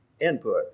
input